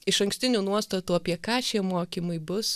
išankstinių nuostatų apie ką šie mokymai bus